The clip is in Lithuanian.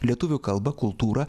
lietuvių kalbą kultūrą